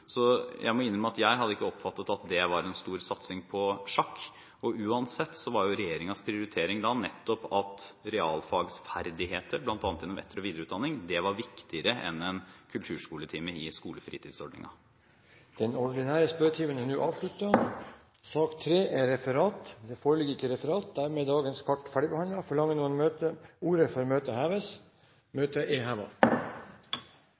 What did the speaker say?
Jeg må innrømme at jeg ikke hadde oppfattet at det var en stor satsing på sjakk. Uansett var regjeringens prioritering nettopp at realfagsferdigheter, bl.a. gjennom etter- og videreutdanning, var viktigere enn en kulturskoletime i skolefritidsordningen. Den ordinære spørretimen er dermed avsluttet. Det foreligger ikke noe referat. Dermed er dagens kart ferdigbehandlet. Forlanger noen ordet før møtet heves?